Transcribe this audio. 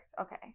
okay